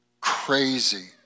crazy